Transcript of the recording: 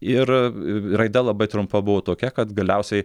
ir raida labai trumpa buvo tokia kad galiausiai